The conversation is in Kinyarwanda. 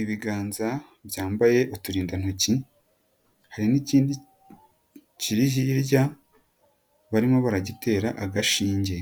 Ibiganza byambaye uturindantoki, hari n'ikindi, kiri hirya, barimo baragitera agashinge.